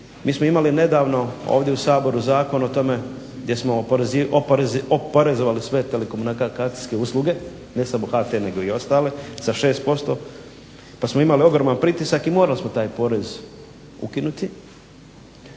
Mi smo imali nedavno ovdje u Saboru zakon o tome gdje smo oporezovali sve telekomunikacijske usluge ne samo HT nego i ostale za 6% pa smo imali ogroman pritisak i morali smo taj porez ukinuti